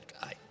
guy